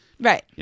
Right